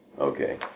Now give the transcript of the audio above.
Okay